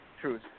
truth